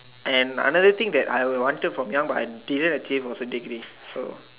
and another thing that I would wanted from young but didn't achieve was take this so